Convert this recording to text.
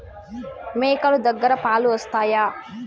మేక లు దగ్గర పాలు వస్తాయా?